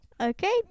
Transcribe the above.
Okay